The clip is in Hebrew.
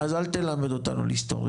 אז אל תלמד אותנו על היסטוריה.